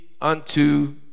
unto